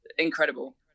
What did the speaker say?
incredible